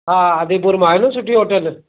हा आदिपुर में आहे न सुठी होटल